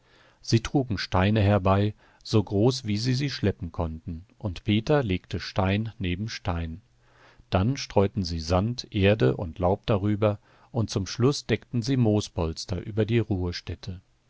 sie trugen steine herbei so groß wie sie sie schleppen konnten und peter legte stein neben stein dann streuten sie sand erde und laub darüber und zum schluß deckten sie moospolster über die ruhestätte